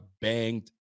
banged